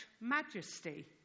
majesty